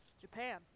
Japan